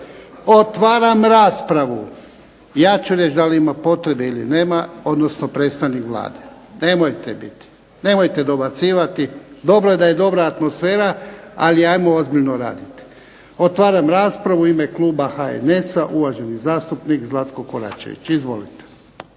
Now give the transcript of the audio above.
Otvaram raspravu. Ja ću reći da li ima potrebe ili nema, odnosno predstavnik Vlade. Nemojte biti. Nemojte dobacivati. Dobro je da je dobra atmosfera, ali ajmo ozbiljno raditi. Otvaram raspravu. U ime kluba HNS-a, uvaženi zastupnik Zlatko Koračević. Izvolite.